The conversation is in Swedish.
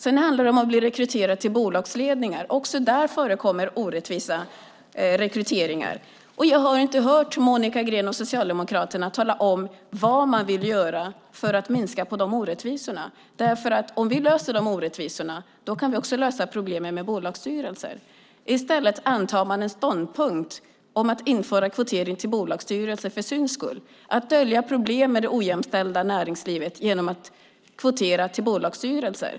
Sedan handlar det om att bli rekryterad till bolagsledningar. Också där förekommer orättvisa rekryteringar. Jag har inte hört Monica Green och Socialdemokraterna tala om vad de vill göra för att minska dessa orättvisor. Om vi löser de orättvisorna kan vi också lösa problemen med bolagsstyrelser. I stället intar socialdemokraterna en ståndpunkt om att införa kvotering till bolagsstyrelser för syns skull - att dölja problem i det ojämställda näringslivet genom att kvotera till bolagsstyrelser.